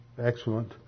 excellent